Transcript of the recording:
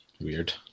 Weird